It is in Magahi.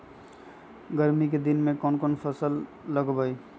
गर्मी के दिन में कौन कौन फसल लगबई?